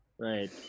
Right